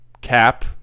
cap